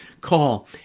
call